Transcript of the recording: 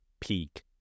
Peak